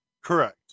Correct